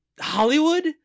Hollywood